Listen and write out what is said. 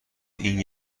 این